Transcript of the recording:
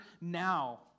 now